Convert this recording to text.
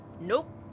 Nope